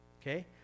Okay